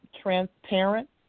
transparent